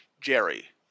Jerry